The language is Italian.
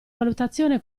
valutazione